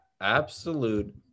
Absolute